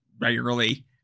regularly